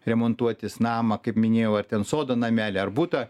remontuotis namą kaip minėjau ar ten sodo namelį ar butą